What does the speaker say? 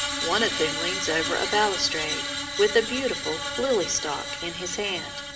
one of whom leans over a balustrade, with a beautiful lily-stalk in his hand,